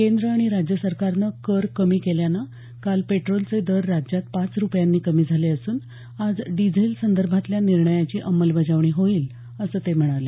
केंद्र आणि राज्य सरकारनं कर कमी केल्यानं काल पेट्रोलचे दर राज्यात पाच रुपयांनी कमी झाले असून आज डिझेल संदर्भातल्या निर्णयांची अंमलबजावणी होईल असं ते म्हणाले